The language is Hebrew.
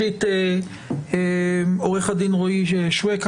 לעניין סעיף המטרה למשל,